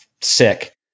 sick